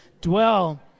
dwell